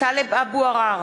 טלב אבו עראר,